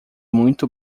muito